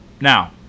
Now